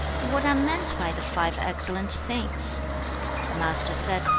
what are meant by the five excellent things the master said,